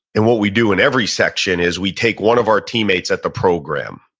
and what we do in every section is we take one of our teammates at the program,